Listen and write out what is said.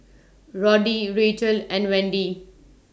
Roddy Racheal and Wendy